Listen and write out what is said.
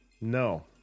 No